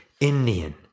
Indian